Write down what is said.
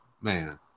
man